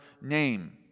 name